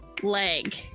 leg